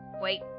wait